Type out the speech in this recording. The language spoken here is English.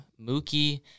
Mookie